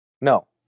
No